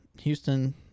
Houston